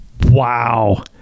Wow